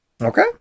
Okay